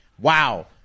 Wow